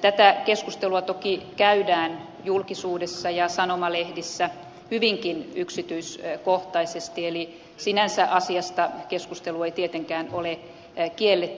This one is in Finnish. tätä keskustelua toki käydään julkisuudessa ja sanomalehdissä hyvinkin yksityiskohtaisesti eli sinänsä asiasta keskustelu ei tietenkään ole kielletty